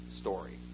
story